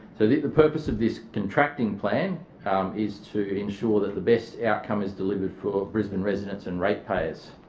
so the the purpose of this contracting plan is to ensure that the best outcome is delivered for brisbane residents and ratepayers.